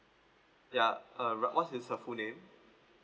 ya uh what's his uh full name